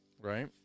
Right